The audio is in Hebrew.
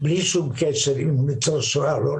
בלי שום קשר אם הם ניצולי שואה או לא,